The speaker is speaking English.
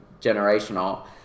generational